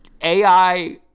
AI